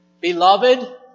Beloved